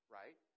right